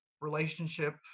relationship